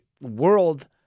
world